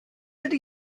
ydy